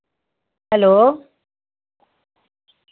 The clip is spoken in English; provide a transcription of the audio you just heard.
hello